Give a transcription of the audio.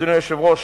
אדוני היושב-ראש,